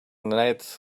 night